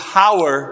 power